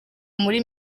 muri